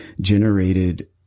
generated